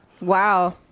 Wow